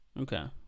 Okay